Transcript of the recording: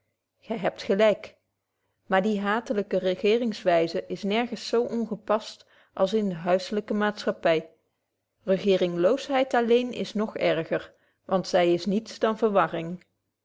gy hebt gelyk maar die haatlyke regeeringswyze is nergens zo ongepast als in de huisselyke maatschappy regeeringloosheid alleen is nog erger want zy is niets dan verwarring